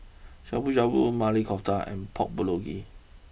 Shabu Shabu Maili Kofta and Pork Bulgogi